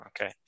Okay